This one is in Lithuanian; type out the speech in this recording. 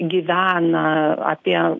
gyvena apie